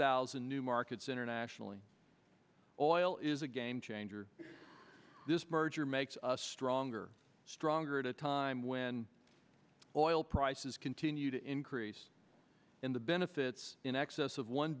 thousand new markets internationally oil is a game changer this merger makes us stronger stronger at a time when oil prices continue to increase in the benefits in excess of one